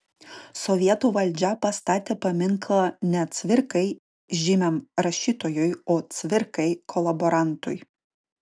sovietų valdžia pastatė paminklą ne cvirkai žymiam rašytojui o cvirkai kolaborantui